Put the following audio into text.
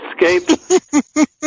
escape